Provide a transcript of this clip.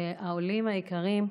והעולים היקרים,